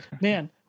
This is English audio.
man